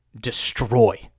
destroy